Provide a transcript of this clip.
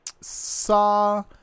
Saw